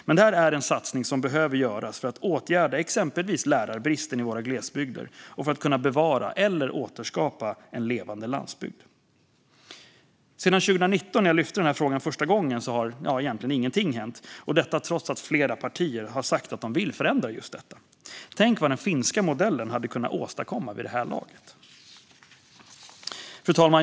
Men det här är en satsning som behöver göras för att åtgärda exempelvis lärarbristen i våra glesbygder och för att kunna bevara eller återskapa en levande landsbygd. Sedan 2019, när jag lyfte denna fråga första gången, har egentligen ingenting hänt, detta trots att flera partier har sagt att de vill förändra just detta. Tänk vad den finska modellen hade kunnat åstadkomma vid det här laget! Fru talman!